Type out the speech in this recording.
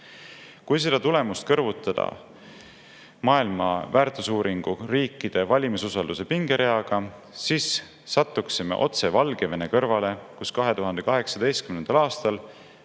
Kui seda tulemust kõrvutada WVS uuringu riikide valimisusalduse pingereaga, siis satuksime otse Valgevene kõrvale, kus 2018. aastal